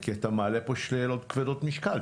כי אתה מעלה פה שאלות כבדות משקל.